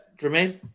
Jermaine